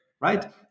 right